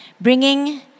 Bringing